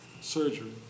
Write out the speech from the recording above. surgery